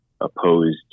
opposed